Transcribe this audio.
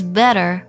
better